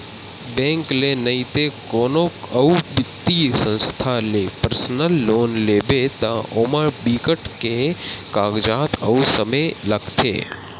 bank ले नइते कोनो अउ बित्तीय संस्था ले पर्सनल लोन लेबे त ओमा बिकट के कागजात अउ समे लागथे